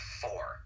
four